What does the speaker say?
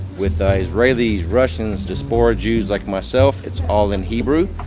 with ah israelis russians, diaspora jews like myself. it's all in hebrew,